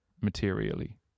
materially